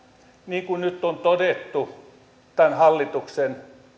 niin kuin nyt on todettu tämän hallituksen